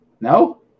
No